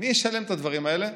מי ישלם את הדברים האלה?